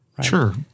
Sure